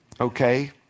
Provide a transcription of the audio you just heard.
okay